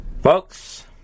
folks